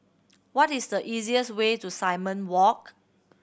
what is the easiest way to Simon Walk